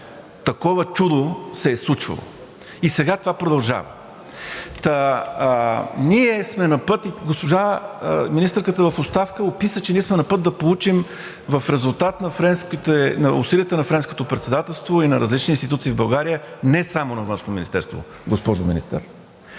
такова чудо се е случвало! И сега това продължава. Та, ние сме напът, госпожа министърката в оставка описа, че ние сме напът да получим, в резултат на усилията на Френското председателство и на различни институции в България – не само на Външно министерство,